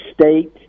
state